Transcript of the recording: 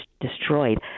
destroyed